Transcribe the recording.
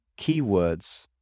keywords